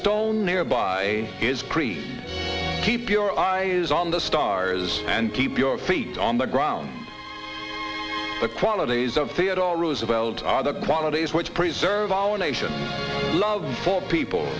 stone nearby is preach keep your eyes on the stars and keep your feet on the ground the qualities of theodore roosevelt are the qualities which preserve our nation love for people